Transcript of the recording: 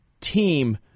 team